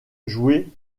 joué